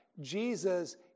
Jesus